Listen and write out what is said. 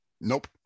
Nope